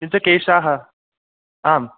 किञ्च केशाः आम्